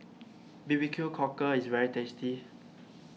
B B Q Cockle is very tasty